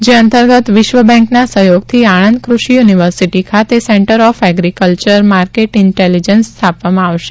જે અંતર્ગત વિશ્વ બેન્કના સહયોગથી આણંદ ક્રષિ યુનિવર્સિટી ખાતે centre of agricultural market intelligence સ્થાપવામાં આવશે